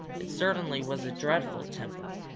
it certainly was a dreadful temper!